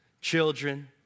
children